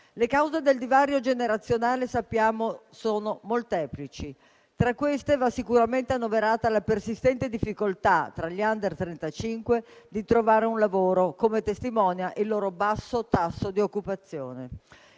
Le cause del divario generazionale, sappiamo, sono molteplici; tra queste va sicuramente annoverata la persistente difficoltà tra gli *under* 35 di trovare un lavoro, come testimonia il loro basso tasso di occupazione.